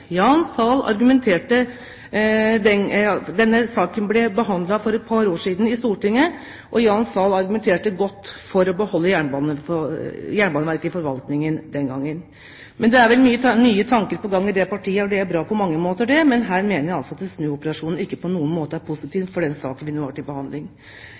denne saken ble behandlet for et par år siden i Stortinget, argumenterte Jan Sahl godt for å beholde Jernbaneverket i forvaltningen. Men det er vel nye tanker på gang i det partiet. Det er bra på mange måter, men her mener jeg altså at en snuoperasjon ikke er positiv for den saken vi nå har til behandling.